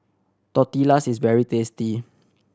tortillas is very tasty